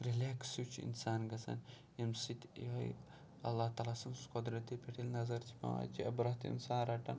relax ہیٚو چھُ اِنسان گژھان ییٚمہِ سۭتۍ یِہٲے اللہ تعالیٰ سٕنٛز قۄدرتہٕ پٮ۪ٹھ ییٚلہِ نظر چھِ پیٚوان اَتہِ چھُ عبرت اِنسان رَٹان